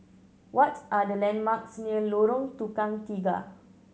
what are the landmarks near Lorong Tukang Tiga